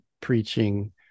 preaching